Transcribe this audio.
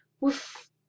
woof